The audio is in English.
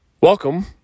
Welcome